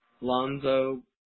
Lonzo